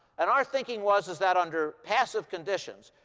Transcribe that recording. and our thinking was is that under passive conditions,